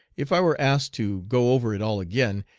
if i were asked to go over it all again,